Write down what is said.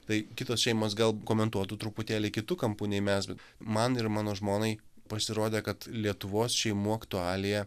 tai kitos šeimos gal komentuotų truputėlį kitu kampu nei mes bet man ir mano žmonai pasirodė kad lietuvos šeimų aktualija